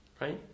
right